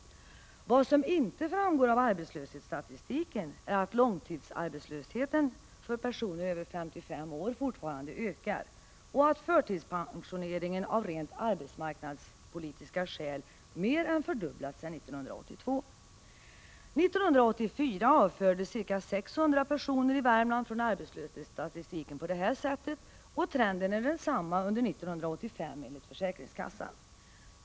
Vad som inte framgår av arbetslöshetsstatistiken är att långtidsarbetslösheten för personer över 55 år fortfarande ökar och att förtidspensioneringen av arbetsmarknadspolitiska skäl mer än fördubblats sedan 1982. 1984 avfördes ca 600 personer i Värmland från arbetslöshetsstatistiken på detta sätt, och trenden är densamma under 1985, enligt försäkringskassan.